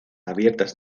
abiertas